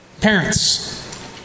Parents